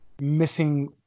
missing